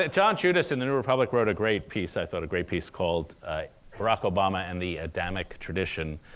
ah john judis in the new republic wrote a great piece, i thought a great piece, called barack obama and the adamic tradition,